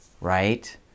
right